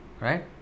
Right